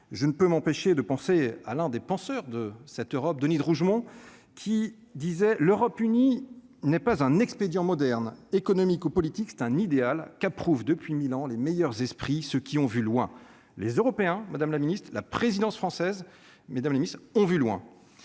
je ne peux m'empêcher de penser à l'un des penseurs de cette Europe Denis de Rougemont, qui disait : l'Europe unie n'est pas un expédiant moderne économico-politique, c'est un idéal qu'approuve depuis 1000 ans, les meilleurs esprits, ceux qui ont vu loin les Européens Madame la Ministre de la présidence française, Madame la Ministre, ont vu loin